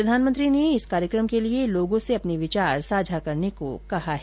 प्रधानमंत्री ने इस कार्यकम के लिए लोगों से अपने विचार साझा करने को कहा है